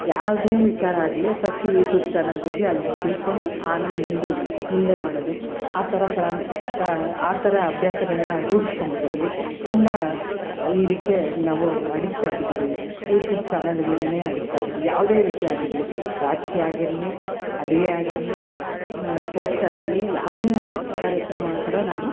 ಯಾವುದೇ ವಿಚಾರ ಆಗಲಿ ಫಸ್ಟು ಯೂಟ್ಯೂಬ್ ಚಾನಲ್ಗೋಗಿ ಅಲ್ಲಿ ತಿಳ್ಕೊಂಡು ಆಮೇಲೆ ಮುಂದು ಮುಂದೆ ಮಾಡೋದು ಆ ಥರ ಕ್ರಮ ಆ ಥರ ಅಭ್ಯಾಸಗಳನ್ನ ರೂಡ್ಸ್ಕೊಂಡು ಬಿಟ್ಟಿದ್ದೀವಿ ತುಂಬ ಇದಕ್ಕೆ ನಾವು ಅಡಿಕ್ಟ್ ಆಗ್ಬಿಟ್ಟಿದ್ದೀವಿ ಯೂಟ್ಯೂಬ್ ಚಾನಲ್ಗಳಿಗೇನೇ ಅಡಿಕ್ಟ್ ಆಗಿದೀವಿ ಯಾವುದೇ ವಿಷಯ ಆಗಿರಲಿ ರಾಜಕೀಯ ಆಗಿರಲಿ ಅಡುಗೆ ಆಗಿರಲಿ ಸ್ಪೋರ್ಟ್ಸ್ ಆಗಿರಲಿ ಯಾವುದೇ ಕಾರ್ಯಕ್ರಮ ಕೂಡ ನಾವು